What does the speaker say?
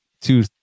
two